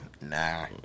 Nah